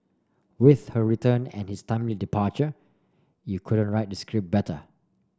with her return and his timely departure you couldn't write the script better